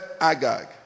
Agag